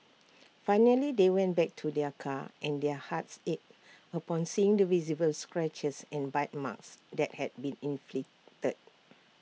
finally they went back to their car and their hearts ached upon seeing the visible scratches and bite marks that had been inflicted